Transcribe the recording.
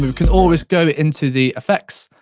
um can always go into the effects,